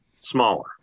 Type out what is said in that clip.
smaller